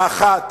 האחת,